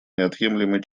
неотъемлемой